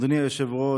אדוני היושב-ראש,